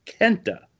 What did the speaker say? Kenta